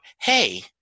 Hey